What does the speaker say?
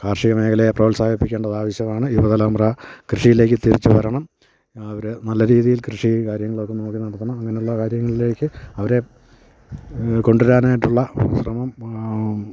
കാർഷിക മേഖലയെ പ്രോത്സാഹിപ്പിക്കേണ്ടത് ആവശ്യമാണ് യുവതലമുറ കൃഷീലേക്ക് തിരിച്ച് വരണം അവർ നല്ല രീതിയിൽ കൃഷി കാര്യങ്ങളൊക്കെ നോക്കി നടത്തണം അങ്ങനുള്ള കാര്യങ്ങളിലേക്ക് അവരെ കൊണ്ട് വരാനായിട്ടുള്ള ശ്രമം